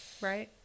right